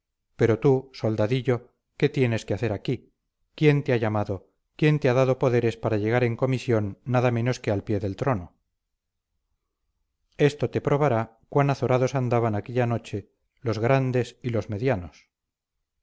pero tú soldadillo qué tienes que hacer aquí quién te ha llamado quién te ha dado poderes para llegar en comisión nada menos que al pie del trono esto te probará cuán azorados andaban aquella noche los grandes y los medianos